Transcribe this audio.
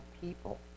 people